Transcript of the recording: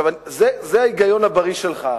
ההיגיון הבריא שלך,